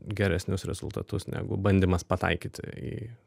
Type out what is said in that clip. geresnius rezultatus negu bandymas pataikyti į